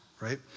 right